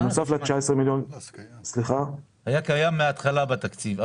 היה קיים מהתחלה בתקציב.